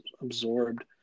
absorbed